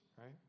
right